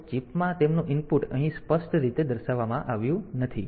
તો ચિપમાં તેમનું ઇનપુટ અહીં સ્પષ્ટ રીતે દર્શાવવામાં આવ્યું નથી